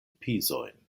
pizojn